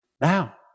now